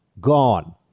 gone